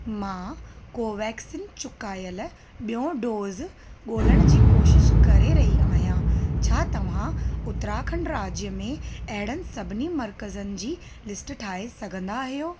मां कोवेक्सीन चुकायल बि॒यों डोज़ ॻोल्हण जी कोशिश करे रही आहियां छा तव्हां उत्तराखंड राज्य में अहिड़नि सभिनी मर्कज़नि जी लिस्ट ठाहे सघंदा आहियो